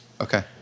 Okay